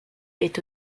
est